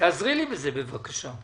תעזרי לי בזה בבקשה,